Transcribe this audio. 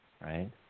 right